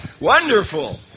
wonderful